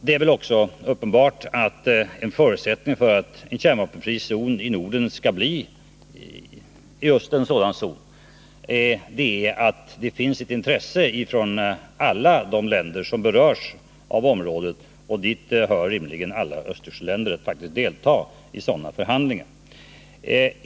Det är väl också uppenbart att en förutsättning för en kärnvapenfri zon i Norden är att det finns ett intresse från alla länder som berörs av området — och dit hör rimligen alla Östersjöländer — att praktiskt delta i sådana förhandlingar.